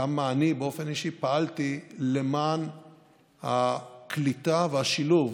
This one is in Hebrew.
כמה אני באופן אישי פעלתי למען הקליטה והשילוב